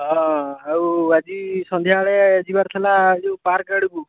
କ'ଣ ଆଉ ଆଜି ସନ୍ଧ୍ୟା ବେଳେ ଯିବାର ଥିଲା ଏ ଯେଉଁ ପାର୍କ ଆଡ଼କୁ